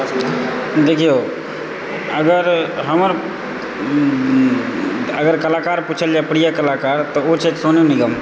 देखियौ अगर हमर अगर कलाकार पुछल जाय प्रिय कलाकार तऽ ओ छथि सोनू निगम